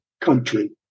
country